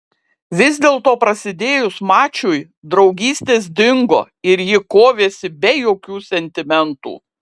vis dėlto prasidėjus mačui draugystės dingo ir ji kovėsi be jokių sentimentų